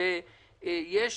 ששר